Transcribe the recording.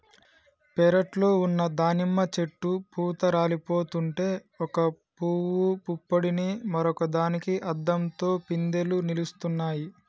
పెరట్లో ఉన్న దానిమ్మ చెట్టు పూత రాలిపోతుంటే ఒక పూవు పుప్పొడిని మరొక దానికి అద్దంతో పిందెలు నిలుస్తున్నాయి